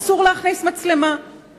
אסור להכניס מצלמה,